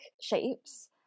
shapes